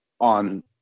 on